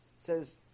Says